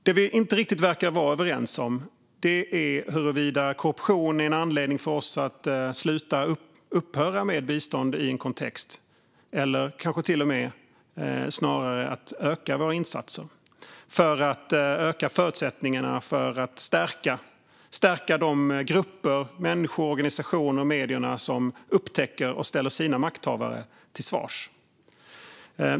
Det vi inte riktigt verkar vara överens om är huruvida korruption är en anledning för oss att upphöra med bistånd i en kontext eller tvärtom kanske till och med en anledning att öka våra insatser för att öka förutsättningarna för att stärka de grupper, människoorganisationer och medier som upptäcker korruption och ställer sina makthavare till svars.